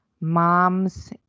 Moms